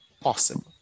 possible